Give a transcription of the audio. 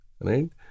right